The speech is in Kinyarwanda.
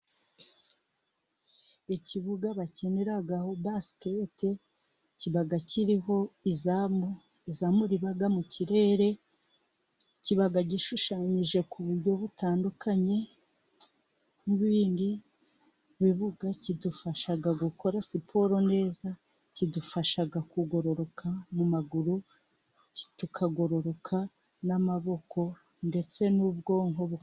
Ikibuga bakiniraho basikete, kiba kiriho izamu riba mu kirere, kiba gishushanyije ku buryo butandukanye n'ibindi bibuga, kidufasha gukora siporo neza, kidufasha kugororoka mu maguru, tukagororoka n'amaboko, ndetse n'ubwonko.